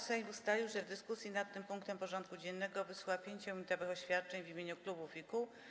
Sejm ustalił, że w dyskusji nad tym punktem porządku dziennego wysłucha 5-minutowych oświadczeń w imieniu klubów i kół.